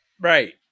Right